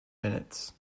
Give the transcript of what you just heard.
minutes